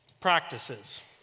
practices